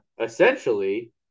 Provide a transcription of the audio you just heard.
essentially